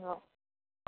हो